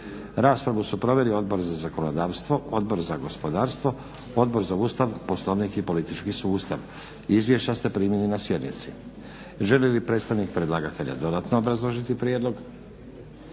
Raspravu su proveli Odbor za zakonodavstvo, Odbor za gospodarstvo, Odbor za Ustav, Poslovnik i politički sustav. Izvješća ste primili na sjednici. Želi li predstavnik predlagatelja dodatno obrazložiti prijedlog?